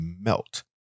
melt